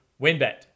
WinBet